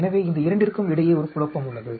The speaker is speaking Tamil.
எனவே இந்த இரண்டிற்கும் இடையே ஒரு குழப்பம் உள்ளது